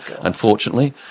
unfortunately